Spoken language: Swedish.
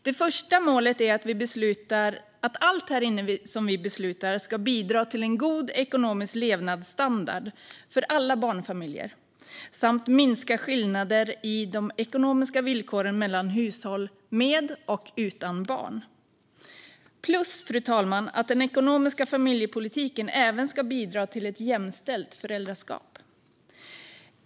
Det första målet är att allt vi beslutar här inne ska bidra till en god ekonomisk levnadsstandard för alla barnfamiljer samt minska skillnaderna i de ekonomiska villkoren mellan hushåll med och utan barn. Det andra målet, fru talman, är att den ekonomiska familjepolitiken ska bidra till ett jämställt föräldraskap.